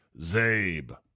Zabe